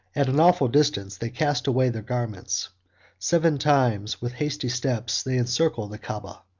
at an awful distance they cast away their garments seven times, with hasty steps, they encircled the caaba,